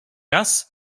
raz